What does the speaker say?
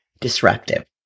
disruptive